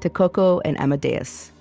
to coco and amadeus.